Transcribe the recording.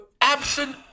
absent